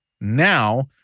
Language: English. Now